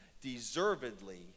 deservedly